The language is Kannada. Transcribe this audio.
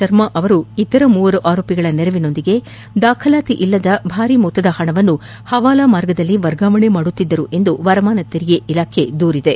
ಶರ್ಮಾ ಅವರು ಇತರ ಮೂವರು ಆರೋಪಿಗಳ ನೆರವಿನೊಂದಿಗೆ ದಾಖಲಾತಿ ಇಲ್ಲದ ರಿ ಮೊತ್ತದ ಪಣವನ್ನು ಹವಾಲಾ ಮಾರ್ಗದಲ್ಲಿ ವರ್ಗಾವಣೆ ಮಾಡುತ್ತಿದ್ದರು ಎಂದು ವರಮಾನ ತೆರಿಗೆ ಇಲಾಖೆ ದೂರಿದೆ